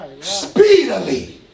Speedily